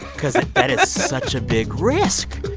because that is such a big risk